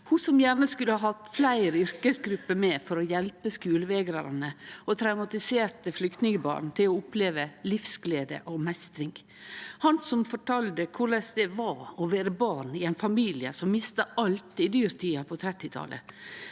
ho som gjerne skulle hatt fleire yrkesgrupper med for å hjelpe skulevegrarane og traumatiserte flyktningbarn til å oppleve livsglede og meistring. Det var han som fortalde korleis det var å vere barn i ein familie som mista alt i dyrtida på 1930-talet,